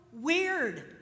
weird